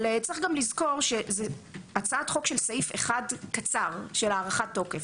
צריך גם לזכור שהצעת חוק של סעיף אחד קצר של הארכת תוקף.